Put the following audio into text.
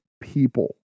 people